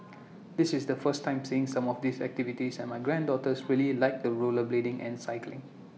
this is the first time seeing some of these activities and my granddaughters really liked the rollerblading and cycling